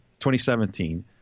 2017